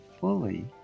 fully